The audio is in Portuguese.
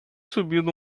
subindo